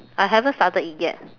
I haven't started it yet